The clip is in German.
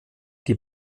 die